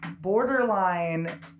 borderline